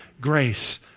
grace